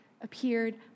appeared